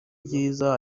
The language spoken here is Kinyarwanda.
byiza